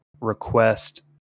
request